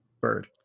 Bird